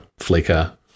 Flickr